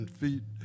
feet